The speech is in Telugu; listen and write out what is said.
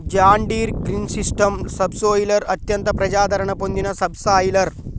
జాన్ డీర్ గ్రీన్సిస్టమ్ సబ్సోయిలర్ అత్యంత ప్రజాదరణ పొందిన సబ్ సాయిలర్